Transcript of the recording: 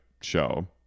show